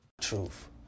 Truth